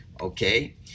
Okay